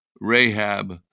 Rahab